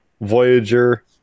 Voyager